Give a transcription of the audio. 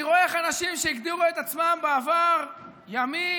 אני רואה איך אנשים שהגדירו את עצמם בעבר ימין